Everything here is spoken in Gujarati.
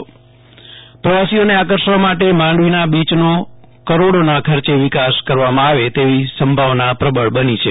જયદિપ વૈષ્ણવ માંડવી બીચ પ્રવાસીઓને આકર્ષવા માટે માંડવીના બીયનો કરોડોના ખર્ચે વિકાસ કરવામા આવે તેવી સંભાવના પ્રબળ બની છે